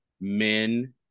men